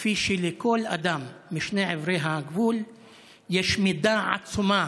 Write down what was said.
כפי שלכל אדם משני עברי הגבול יש מידה עצומה